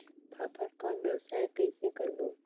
फाफण कौन व्यवसाय कइसे करबो?